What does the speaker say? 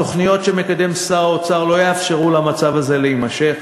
התוכניות ששר האוצר מקדם לא יאפשרו למצב הזה להימשך.